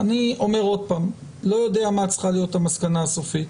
כמו כן עוד לא קראנו את התקנה הזאת.